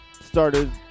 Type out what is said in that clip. started